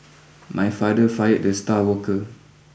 my father fired the star worker